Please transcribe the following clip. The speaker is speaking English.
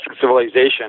civilization